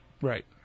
Right